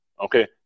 Okay